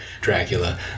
dracula